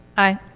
i.